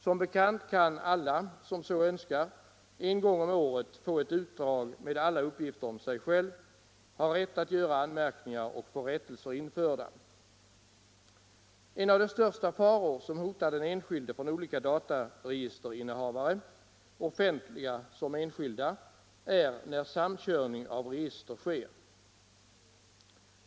Som bekant kan den som så önskar en gång om året få ett utdrag med alla uppgifter om sig själv. Man har rätt att göra anmärkningar och få rättelser införda. En av de största faror som hotar den enskilde från olika dataregisterinnehavare — offentliga som enskilda — är när samkörning av register sker.